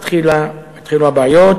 התחילו הבעיות,